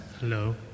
Hello